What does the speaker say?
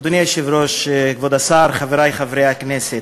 אדוני היושב-ראש, כבוד השר, חברי חברי הכנסת,